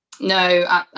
No